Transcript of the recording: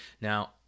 Now